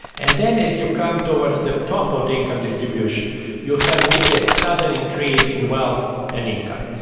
and then as you come towards the top of the income distribution you have really a sudden increase in wealth and income.